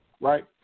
right